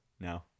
No